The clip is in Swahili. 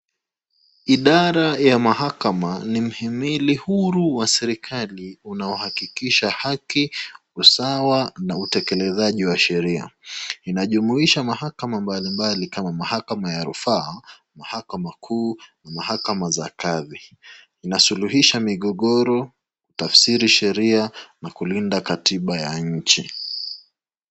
Idara ya mahakama ni mhimili huru wa serikali unaohakikisha haki, usawa na utekelezaji wa sheria. Inajumuisha mahakama mbalimbali kama mahakama ya rufaa, mahakama kuu, mahakama za kadhi. Inasuluhisha migogoro, tafsiri sheria na kulinda katiba ya nchi.